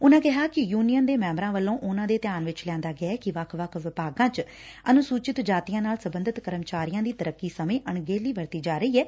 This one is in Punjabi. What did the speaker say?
ਉਨਾਂ ਕਿਹਾ ਕਿ ਯੁਨੀਅਨ ਦੇ ਮੈਬਰਾਂ ਵੱਲੋਂ ਉਨਾਂ ਦੇ ਧਿਆਨ ਚ ਲਿਆਂਦਾ ਗਿਐ ਕਿ ਵੱਖ ਵੱਖ ਵਿਭਾਗਾਂ ਚ ਅਨੁਸੁਚਿਤ ਜਾਤੀਆ ਨਾਲ ਸਬੈਧਤ ਕਰਮਚਾਰੀਆ ਦੀ ਤਰੱਕੀ ਸਮੇ ਅਣਗਿਹਲੀ ਵਰਤੀ ਜਾ ਰਹੀ ਐ